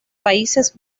países